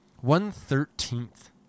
One-thirteenth